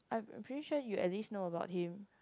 I'm pretty sure you at least know about him